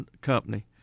company